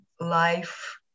life